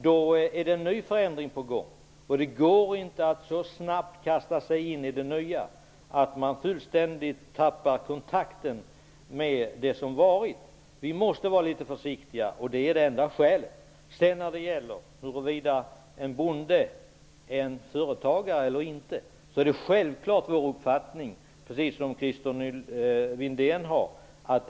Det är en ny förändring på gång. Det går inte att kasta sig in i det nya så snabbt att man fullständigt tappar kontakten med det som varit. Vi måste vara litet försiktiga. Det är det enda skälet till förslaget. Vi har självfallet samma uppfattning som Christer Windén.